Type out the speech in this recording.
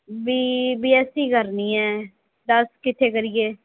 B B SC ਕਰਨੀ ਹੈ ਦਸ ਕਿੱਥੇ ਕਰੀਏ